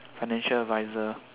financial adviser